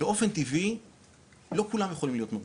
באופן טבעי לא כולם יכולים להיות מרוצים,